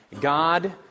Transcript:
God